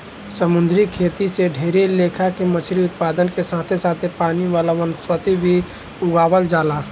समुंद्री खेती से ढेरे लेखा के मछली उत्पादन के साथे साथे पानी वाला वनस्पति के भी उगावल जाला